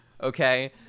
Okay